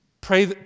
Pray